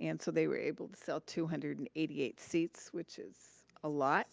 and so they were able to sell two hundred and eighty eight seats, which is a lot.